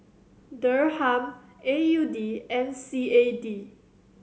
Dirham A U D and C A D